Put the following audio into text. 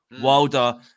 Wilder